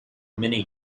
many